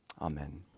Amen